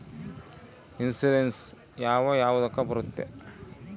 Insurance ಯಾವ ಯಾವುದಕ್ಕ ಬರುತ್ತೆ?